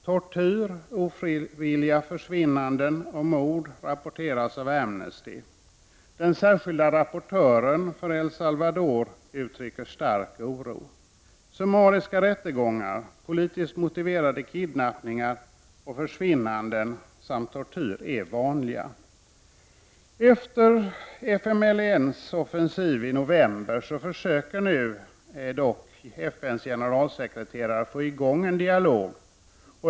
Tortyr, ofrivilliga försvinnanden och mord rapporteras av Amnesty. Den särskilde rapportören för El Salvador uttrycker stark oro. Summariska rättegångar. politiskt motiverade kidnappningar och försvinnanden samt tortyr är vanliga. Efter FMLNS offensiv i november försöker dock FNs generalsekreterare få i gång en dialog.